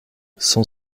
cent